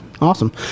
awesome